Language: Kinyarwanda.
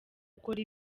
ukora